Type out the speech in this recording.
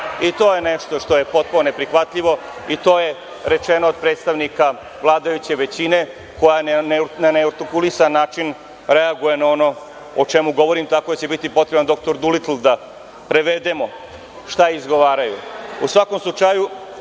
I to je nešto što je potpuno neprihvatljivo, i to je rečeno od predstavnika vladajuće većine koja na neartikulisan način reaguje na ono o čemu govorim, tako da će biti potreban doktor Dulitl da prevedemo šta izgovaraju.U